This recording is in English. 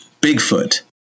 Bigfoot